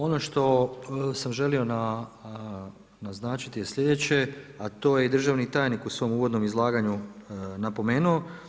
Ono što sam želio naznačiti je sljedeće a to je i državni tajnik u svom uvodnom izlaganju napomenuo.